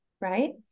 right